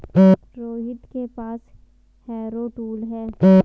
रोहित के पास harrow tool है